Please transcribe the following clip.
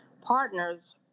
partners